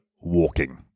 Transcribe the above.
walking